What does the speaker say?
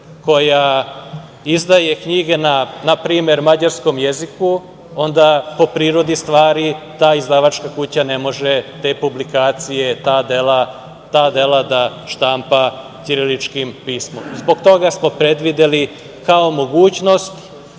koja izdaje knjige na npr. mađarskom jeziku, po prirodi stvari ta izdavačka kuća ne može te publikacije, ta dela da štampa ćiriličnim pismom. Zbog toga smo predvideli kao mogućnost